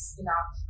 enough